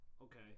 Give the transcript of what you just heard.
okay